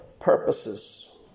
Purposes